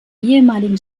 ehemaligen